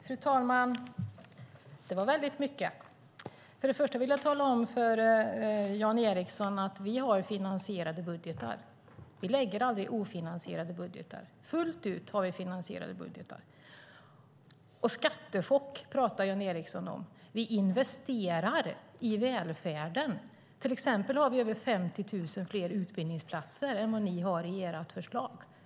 Fru talman! Det var mycket som sades här. Först och främst vill jag tala om för Jan Ericson att vi har finansierade budgetar. Vi lägger aldrig ofinansierade budgetar. Fullt ut är de finansierade. En skattechock talar Jan Ericson om. Vi investerar i välfärden. Till exempel har vi över 50 000 fler utbildningsplatser än vad ni har i ert förslag, Jan Ericson.